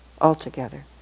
altogether